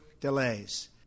delays